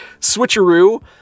switcheroo